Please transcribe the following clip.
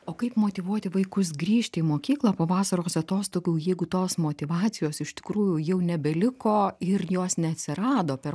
o kaip motyvuoti vaikus grįžti į mokyklą po vasaros atostogų jeigu tos motyvacijos iš tikrųjų jau nebeliko ir jos neatsirado per